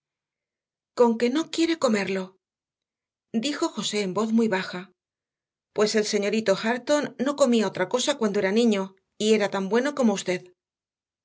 conque no quiere comerlo dijo josé en voz muy baja pues el señorito hareton no comía otra cosa cuando era niño y era tan bueno como usted